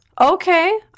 Okay